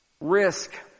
risk